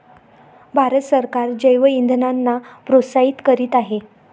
भारत सरकार जैवइंधनांना प्रोत्साहित करीत आहे